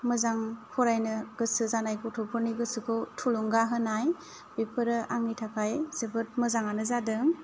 मोजां फरायनो गोसो जानाय गथ'फोरनि गोसोखौ थुलुंगा होनाय बेफोरो आंनि थाखाय जोबोद मोजाङानो जादों